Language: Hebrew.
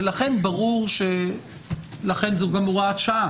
ולכן זו גם הוראת שעה.